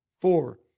Four